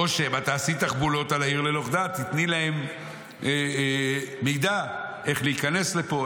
"או שמא תעשי תחבולות על העיר ללוכדה" תיתני להם מידע איך להיכנס לפה,